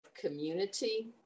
community